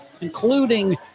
including